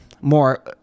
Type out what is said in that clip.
more